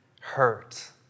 hurt